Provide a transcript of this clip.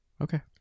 Okay